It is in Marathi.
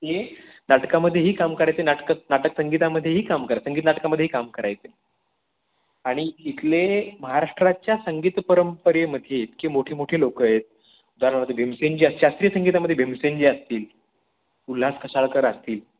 ते नाटकामधेही काम करायचे नाटकं नाटक संगीतामधेही काम करायचे संगीत नाटकामधेही काम करायचे आणि इथले महाराष्ट्राच्या संगीत परंपरेमध्ये इतके मोठे मोठे लोकं आहेत उदाहरणार्थ भीमसेनजी असं शास्त्रीय संगीतामध्ये भीमसेनजी असतील उल्हास कशाळकर असतील